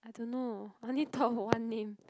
I don't know I only thought of one name